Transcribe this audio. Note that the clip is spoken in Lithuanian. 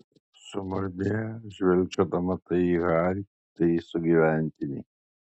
sumurmėjo žvilgčiodama tai į harį tai į sugyventinį